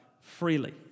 freely